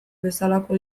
bezalako